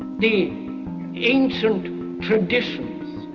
the ancient traditions.